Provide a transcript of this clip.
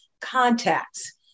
contacts